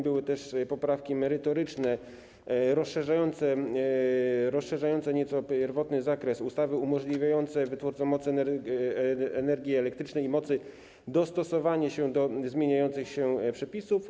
Były też poprawki merytoryczne, rozszerzające nieco pierwotny zakres ustawy, umożliwiające wytwórcom energii elektrycznej i mocy dostosowanie się do zmieniających się przepisów.